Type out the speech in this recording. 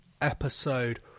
episode